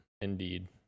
indeed